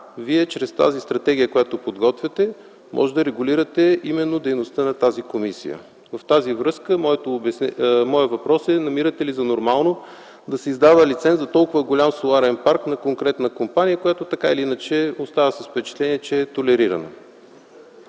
чрез тази стратегия, която подготвяте, вие можете да регулирате нейната дейност. В тази връзка моят въпрос е намирате ли за нормално да се издава лиценз за толкова голям соларен парк на конкретна компания, за която така или иначе остава впечатлението, че е толерирана?